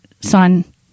son